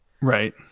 Right